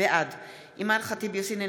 בעד אימאן ח'טיב יאסין,